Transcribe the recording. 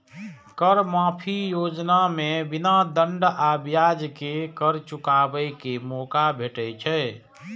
कर माफी योजना मे बिना दंड आ ब्याज के कर चुकाबै के मौका भेटै छै